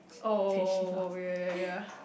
oh oh oh oh yea yea yea yea